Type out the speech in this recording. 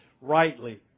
rightly